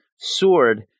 sword